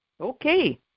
okay